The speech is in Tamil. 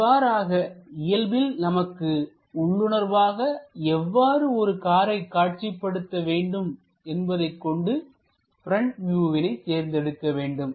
இவ்வாறாக இயல்பில் நமக்கு உள்ளுணர்வாக எவ்வாறு ஒரு காரை காட்சிப்படுத்த வேண்டும் என்பதைக் கொண்டு ப்ரெண்ட் வியூவினை தேர்ந்தெடுக்க வேண்டும்